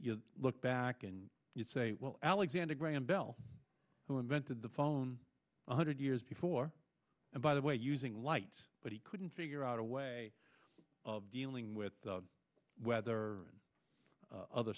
you look back and you say well alexander graham bell who invented the phone one hundred years before and by the way using light but he couldn't figure out a way of dealing with the weather in other